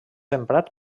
emprat